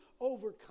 overcome